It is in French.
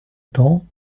temps